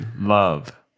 Love